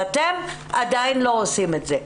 אבל אתם עדיין לא עושים את זה.